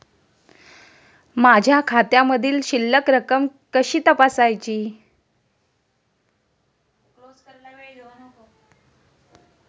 माझ्या खात्यामधील शिल्लक रक्कम कशी तपासायची?